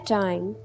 time